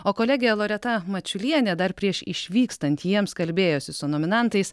o kolegė loreta mačiulienė dar prieš išvykstant jiems kalbėjosi su nominantais